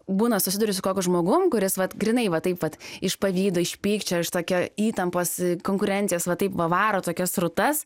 būna susiduriu su kokiu žmogum kuris vat grynai va taip vat iš pavydo iš pykčio iš tokia įtampos konkurencijos va taip va varo tokias srutas